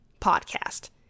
podcast